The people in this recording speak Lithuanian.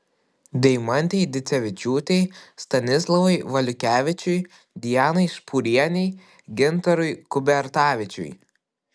deimantei dicevičiūtei stanislavui valiukevičiui dianai špūrienei gintarui kubertavičiui